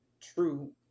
true